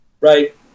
Right